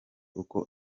uko